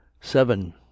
seven